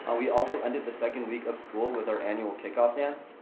ah we also ended the second week of school with our annual kick-off dance.